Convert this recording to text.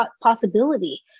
possibility